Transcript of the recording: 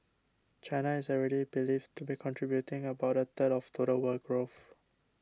China is already believed to be contributing about a third of total world growth